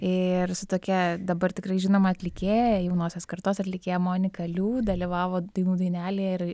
ir su tokia dabar tikrai žinoma atlikėja jaunosios kartos atlikėja monika liu dalyvavo dainų dainelėj ir